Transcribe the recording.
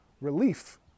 relief